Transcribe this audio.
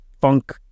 funk